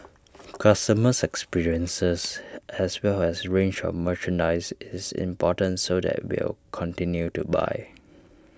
customers experiences as well as range of merchandise is important so that will continue to buy